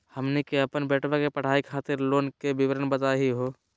हमनी के अपन बेटवा के पढाई खातीर लोन के विवरण बताही हो?